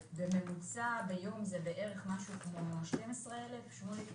בממוצע ביום זה בערך משהו כמו 12,000. שמוליק,